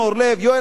יואל חסון,